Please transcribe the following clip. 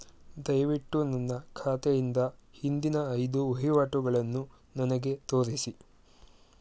ದಯವಿಟ್ಟು ನನ್ನ ಖಾತೆಯಿಂದ ಹಿಂದಿನ ಐದು ವಹಿವಾಟುಗಳನ್ನು ನನಗೆ ತೋರಿಸಿ